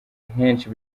henshi